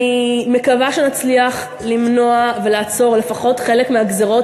אני מקווה שנצליח למנוע ולעצור לפחות חלק מהגזירות